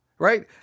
Right